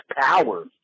power